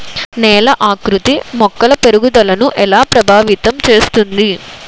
నేల ఆకృతి మొక్కల పెరుగుదలను ఎలా ప్రభావితం చేస్తుంది?